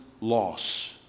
loss